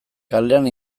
kalean